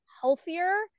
healthier